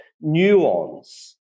nuance